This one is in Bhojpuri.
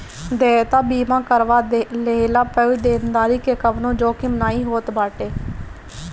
देयता बीमा करवा लेहला पअ देनदारी के कवनो जोखिम नाइ होत बाटे